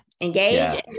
engage